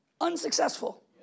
unsuccessful